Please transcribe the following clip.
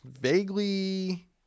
vaguely